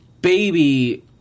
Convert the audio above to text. baby